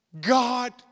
God